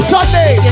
Sunday